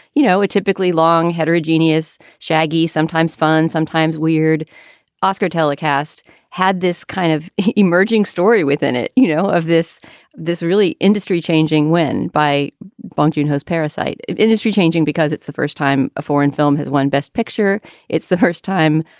you know, it typically long, heterogeneous, shaggy, sometimes fun, sometimes weird oscar telecast had this kind of emerging story within it. you know, of this this really industry changing win by bong joon ho's parasite industry changing because it's the first time a foreign film has won best picture it's the first time,